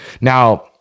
Now